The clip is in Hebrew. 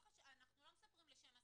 אנחנו לא מספרים לשים הסיפור,